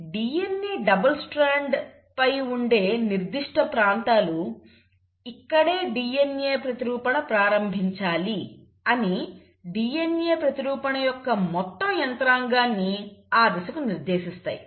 కాబట్టి DNA double స్ట్రాండ్పై ఉండే నిర్దిష్ట ప్రాంతాలు ఇక్కడే DNA ప్రతిరూపణ ప్రారంభించాలి అని DNA ప్రతిరూపణ యొక్క మొత్తం యంత్రాంగాన్ని ఆ దశకు నిర్దేశిస్తాయి